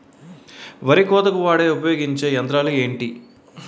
వరి కోతకు వాడే ఉపయోగించే యంత్రాలు ఏంటి?